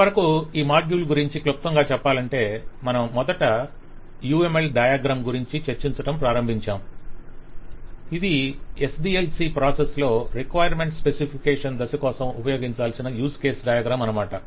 ఇంతవరకు ఈ మాడ్యూల్ గురించి క్లుప్తంగా చెప్పాలంటే మనము మొదట UML డయాగ్రమ్ గురించి చర్చించడం ప్రారంభించాము ఇది SDLC ప్రాసెస్ లో రిక్వైర్మెంట్స్ స్పెసిఫికేషన్ దశ కోసం ఉపయోగించాల్సిన యూజ్ కేస్ డయాగ్రమ్ అనమాట